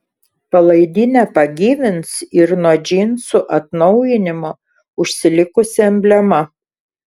palaidinę pagyvins ir nuo džinsų atnaujinimo užsilikusi emblema